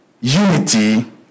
unity